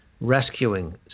rescuing